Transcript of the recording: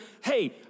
hey